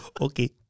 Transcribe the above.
Okay